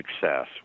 success